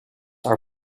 are